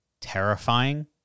terrifying